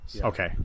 Okay